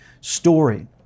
story